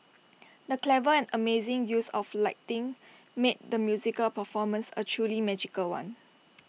the clever and amazing use of lighting made the musical performance A truly magical one